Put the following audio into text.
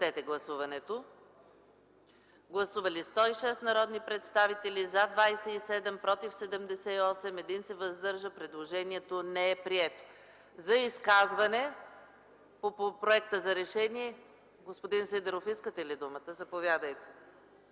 реши залата. Гласували 106 народни представители: за 27, против 78, въздържал се 1. Предложението не е прието. За изказване по проекта за решение? Господин Сидеров, искате ли думата? Заповядайте.